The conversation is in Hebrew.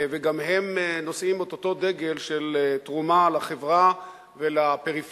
וגם הם נושאים את אותו דגל של תרומה לחברה ולפריפריה,